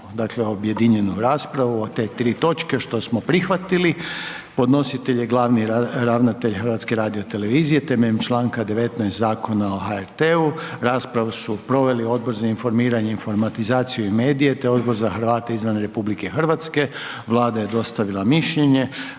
dakle objedinjenu raspravu o te tri točke što smo prihvatili. Podnositelj je glavni ravnatelj HRT-a temeljem Članka 18. Zakona o HRT-u. Raspravu su proveli Odbor za informiranje, informatizaciju i medije te Odbor za Hrvate izvan RH, Vlada je dostavila mišljenje.